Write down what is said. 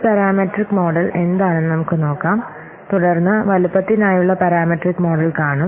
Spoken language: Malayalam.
ഒരു പാരാമെട്രിക് മോഡൽ എന്താണെന്ന് നമുക്ക് നോക്കാം തുടർന്ന് വലുപ്പത്തിനായുള്ള പാരാമെട്രിക് മോഡൽ കാണും